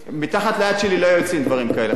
מתחת ידי לא היו יוצאים דברים כאלה,